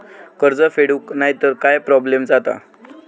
कर्ज फेडूक नाय तर काय प्रोब्लेम जाता?